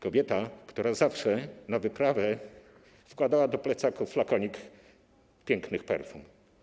Kobieta, która zawsze na wyprawę wkładała do plecaków flakonik pięknych perfum.